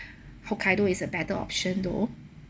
hokkaido is a better option though